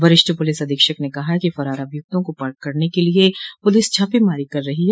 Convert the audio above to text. वरिष्ठ पुलिस अधीक्षक ने कहा कि फरार अभियुक्तों को पकड़ने के लिए पुलिस छापेमारी कर रही है